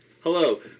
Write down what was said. Hello